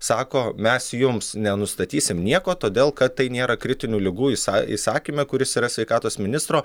sako mes jums nenustatysim nieko todėl kad tai nėra kritinių ligų įsa įsakyme kuris yra sveikatos ministro